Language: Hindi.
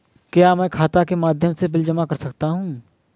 क्या मैं खाता के माध्यम से बिल जमा कर सकता हूँ?